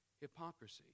hypocrisy